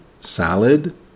salad